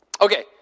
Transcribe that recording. Okay